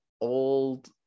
old